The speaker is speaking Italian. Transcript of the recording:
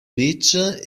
beach